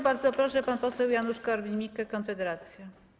Bardzo proszę, pan poseł Janusz Korwin-Mikke, Konfederacja.